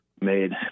made